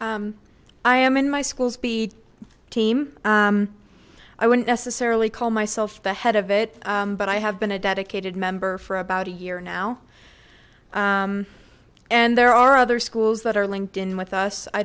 c i am in my school's bead team i wouldn't necessarily call myself the head of it but i have been a dedicated member for about a year now and there are other schools that are linked in with us i